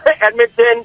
Edmonton